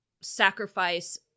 sacrifice